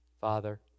Father